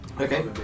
Okay